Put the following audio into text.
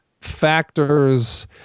factors